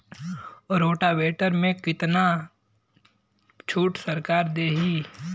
Rotavator में कितना छूट सरकार देही?